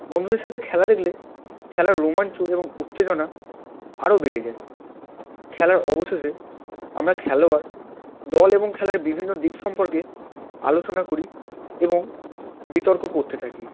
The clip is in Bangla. বন্ধুদের সাথে খেলা দেখলে খেলার রোমাঞ্চ এবং উত্তেজনা আরও বেড়ে যায় খেলার অবশেষে আমরা খেলোয়ার দল এবং খেলার বিভিন্ন দিক সম্পর্কে আলোচনা করি এবং বিতর্ক করতে থাকি